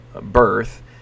birth